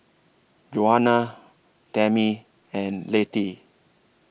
Juana Tammie and Lettie